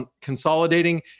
consolidating